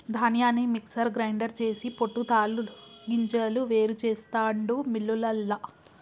ధాన్యాన్ని mixer grinder చేసి పొట్టు తాలు గింజలు వేరు చెస్తాండు మిల్లులల్ల